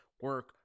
Work